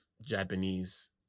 Japanese